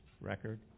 record